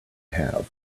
have